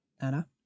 Anna